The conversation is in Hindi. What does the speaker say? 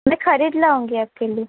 मैं खरीद लाऊंगी आपके लिए